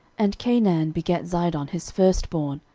and canaan begat zidon his firstborn,